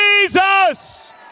Jesus